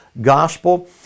gospel